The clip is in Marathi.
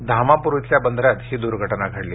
धामाप्र इथल्या बंधाऱ्यात ही दुर्घटना घडली